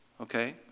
okay